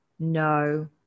no